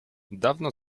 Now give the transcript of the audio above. dawno